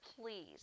please